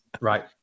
right